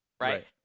Right